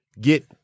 get